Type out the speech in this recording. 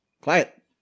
quiet